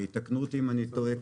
יתקנו אותי אם אני טועה,